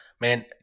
Man